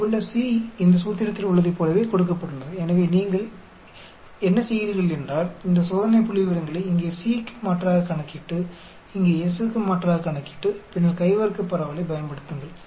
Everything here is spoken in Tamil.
இங்குள்ள c இந்த சூத்திரத்தில் உள்ளதைப் போலவே கொடுக்கப்பட்டுள்ளது எனவே நீங்கள் என்ன செய்கிறீர்கள் என்றால் இந்த சோதனை புள்ளிவிவரங்களை இங்கே c க்கு மாற்றாகக் கணக்கிட்டு இங்கே s க்கு மாற்றாகக் கணக்கிட்டு பின்னர் கை வர்க்கப் பரவலைப் பயன்படுத்துங்கள்